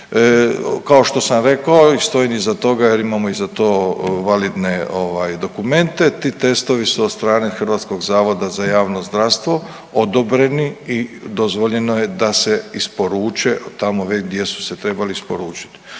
Kao što sam rekao i stojim iza toga jer imamo i za to validne dokumente. Ti testovi su od strane Hrvatskog zavoda za javno zdravstvo odobreni i dozvoljeno je da se isporuče tamo već gdje su se trebali isporučiti.